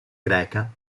greca